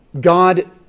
God